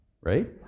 right